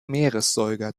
meeressäuger